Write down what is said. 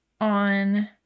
on